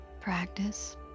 practice